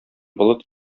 болыт